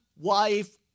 wife